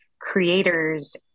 creators